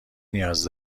نیاز